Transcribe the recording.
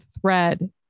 thread